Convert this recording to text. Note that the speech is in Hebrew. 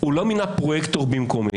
הוא לא מינה פרויקטור במקומי.